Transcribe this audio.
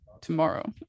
tomorrow